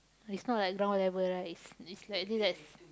it's not like ground level right it's it's slightly like